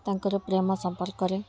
ତାଙ୍କର ପ୍ରେମ ସମ୍ପର୍କରେ